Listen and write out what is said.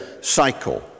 cycle